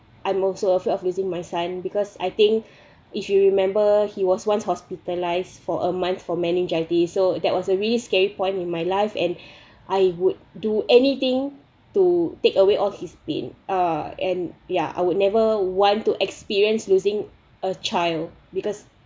I'm also afraid of losing my son because I think if you remember he was once hospitalised for a month for meningitis so that was a really scary point in my life and I would do anything to take away all his been uh and yeah I would never want to experience losing a child because